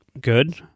good